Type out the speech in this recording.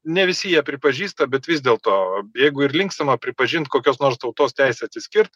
ne visi ją pripažįsta bet vis dėlto jeigu ir linkstama pripažint kokios nors tautos teisę atsiskirt